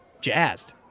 jazzed